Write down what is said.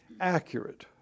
accurate